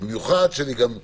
במיוחד כשאני לא